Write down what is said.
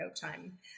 time